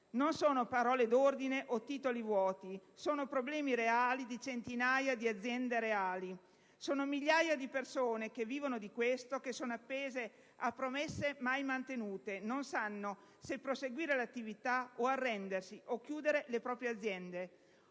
non sono parole d'ordine o titoli vuoti, ma problemi reali di centinaia di aziende reali. Sono migliaia di persone che vivono di questo, che sono appese a promesse mai mantenute e non sanno se proseguire l'attività o arrendersi e chiudere le proprie aziende.